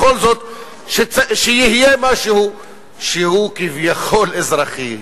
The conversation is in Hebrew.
בכל זאת, שיהיה משהו שהוא כביכול אזרחי.